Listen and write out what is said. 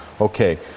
Okay